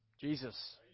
Jesus